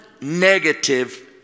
negative